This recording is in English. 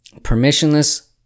Permissionless